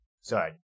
Sorry